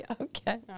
Okay